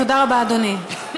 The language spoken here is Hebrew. תודה רבה, אדוני.